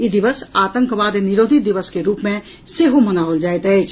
ई दिवस आतंकवाद निरोधी दिवस के रूप मे सेहो मनाओल जायत अछि